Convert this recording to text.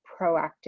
proactive